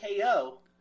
KO